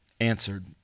Answered